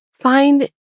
Find